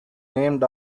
named